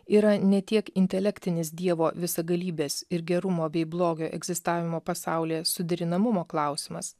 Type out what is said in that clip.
yra ne tiek intelektinis dievo visagalybės ir gerumo bei blogio egzistavimo pasaulyje suderinamumo klausimas